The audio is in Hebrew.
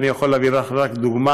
אני יכול להביא לך רק דוגמה: